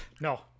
No